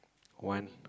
one